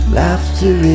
laughter